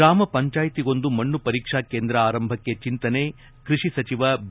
ಗ್ರಾಮ ಪಂಚಾಯಿತಿಗೊಂದು ಮಣ್ಣು ಪರೀಕ್ಷಾ ಕೇಂದ್ರ ಆರಂಭಕ್ಕೆ ಚಿಂತನೆ ಕೃಷಿ ಸಚಿವ ಬಿ